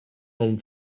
home